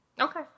Okay